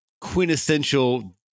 quintessential